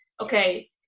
Okay